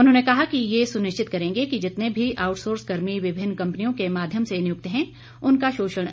उन्होंने कहा कि यह सुनिश्चित करेंगे कि जितने भी आउटसोर्स कर्मी विभिन्न कंपनियों के माध्यम से नियुक्त हैं उनका शोषण हो